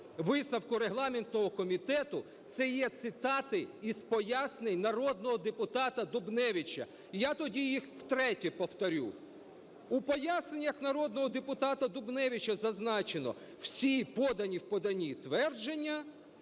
висновку регламентного комітету, - це є цитати із пояснень народного депутата Дубневича. І я тоді їх втретє повторю. У поясненнях народного депутата Дубневича зазначено: всі подані в поданні твердження